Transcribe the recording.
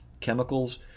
chemicals